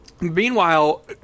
meanwhile